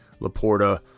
Laporta